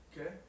Okay